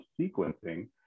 sequencing